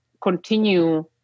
continue